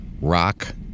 rock